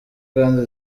kandi